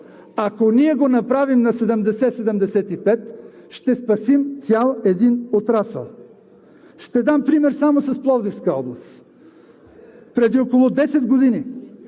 ако ние го направим на 70 – 75, ще спасим цял един отрасъл. Ще дам пример само с Пловдивска област. (Председателят дава